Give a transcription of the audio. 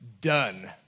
done